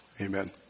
Amen